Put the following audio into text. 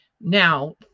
Now